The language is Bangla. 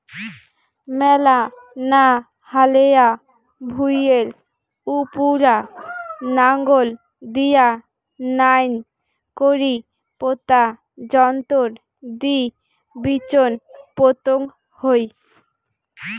মেলা না হালেয়া ভুঁইয়ের উপুরা নাঙল দিয়া নাইন করি পোতা যন্ত্রর দি বিচোন পোতাং হই